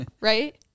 Right